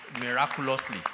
miraculously